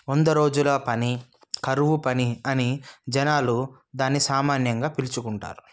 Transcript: వందరోజుల పని కరువు పని అని జనాలు దాన్ని సామాన్యంగా పిలుచుకుంటారు